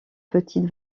petite